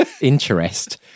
interest